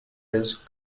his